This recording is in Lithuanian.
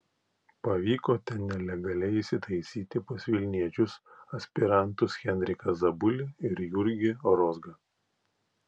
pavyko ten nelegaliai įsitaisyti pas vilniečius aspirantus henriką zabulį ir jurgį rozgą